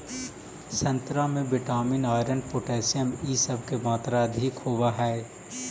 संतरा में vitamin, iron, potassium इ सब के मात्रा अधिक होवऽ हई